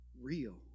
real